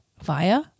Via